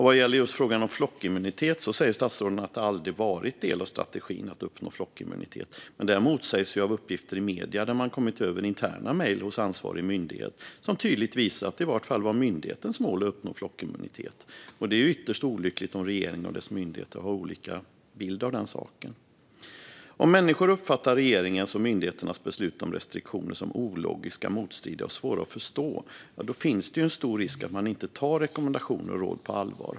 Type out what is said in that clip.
Vad gäller frågan om flockimmunitet säger statsrådet att det aldrig har varit en del av strategin att uppnå flockimmunitet, men det motsägs av uppgifter i medierna där man har kommit över interna mejl hos ansvarig myndighet som tydligt visar att det i varje fall är myndighetens mål att uppnå flockimmunitet. Det är ytterst olyckligt om regeringen och dess myndigheter har olika bild av den saken. Om människor uppfattar regeringens och myndigheternas beslut om restriktioner som ologiska, motstridiga och svåra att förstå finns det en stor risk att man inte tar rekommendationer och råd på allvar.